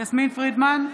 יסמין פרידמן,